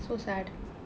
so sad